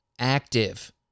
active